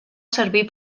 servir